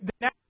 now